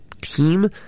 team